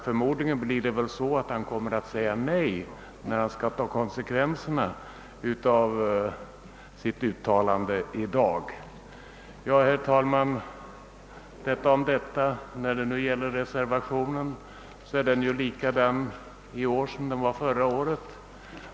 Förmöodligen blir det väl så att han kommer att säga nej, när han skall ta konsekvenserna av sitt uttalande i dag. Vad beträffar reservationen är den likadan i år som förra året.